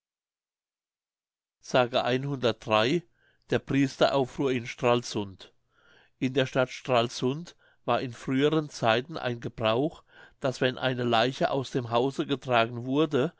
der priesteraufruhr in stralsund in der stadt stralsund war in früheren zeiten ein gebrauch daß wenn eine leiche aus dem hause getragen wurde